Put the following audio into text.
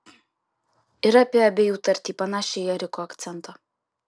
ir apie abiejų tartį panašią į eriko akcentą